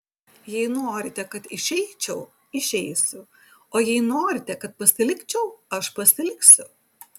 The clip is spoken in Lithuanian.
jei norite kad išeičiau išeisiu o jei norite kad pasilikčiau aš pasiliksiu